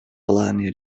плане